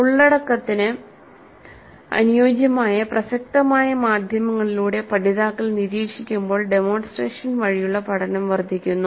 ഉള്ളടക്കത്തിന് അനുയോജ്യമായ പ്രസക്തമായ മാധ്യമങ്ങളിലൂടെ പഠിതാക്കൾ നിരീക്ഷിക്കുമ്പോൾ ഡെമോൺസ്ട്രേഷൻ വഴിയുള്ള പഠനം വർദ്ധിക്കുന്നു